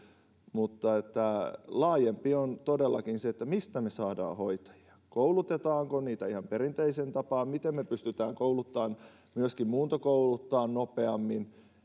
mutta laajempi kysymys on todellakin se mistä me saamme hoitajia koulutetaanko heitä ihan perinteiseen tapaan miten me pystymme kouluttamaan myöskin muuntokouluttamaan nopeammin